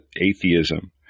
atheism